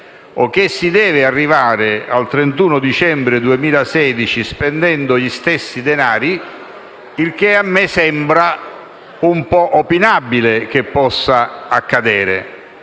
o che si deve arrivare al 31 dicembre 2016 spendendo gli stessi denari, il che a me sembra un po' opinabile possa accadere.